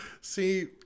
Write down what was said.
See